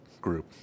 group